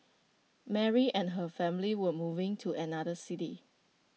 Mary and her family were moving to another city